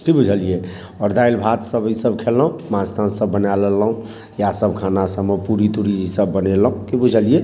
की बुझलियै आओर दालि सब भात सब ई सब खयलहुँ माँछ ताँछ सब बना लेलहुँ इएह सब खाना सबमे पूरी तूरी ई सब बनेलहुँ की बुझलियै